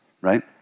right